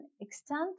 extent